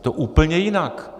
To je úplně jinak.